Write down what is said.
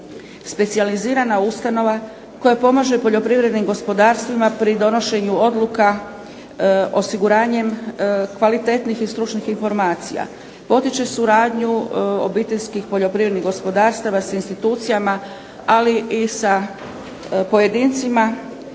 specijalizirana ustanova, koja pomaže poljoprivrednim gospodarstvima pri donošenju odluka osiguranjem kvalitetnih i stručnih informacija, potiče suradnju obiteljskih poljoprivrednih gospodarstava s institucijama, ali i sa pojedincima